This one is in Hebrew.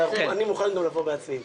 גפני, אני מוכן לא לבוא בעצמי יותר.